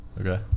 Okay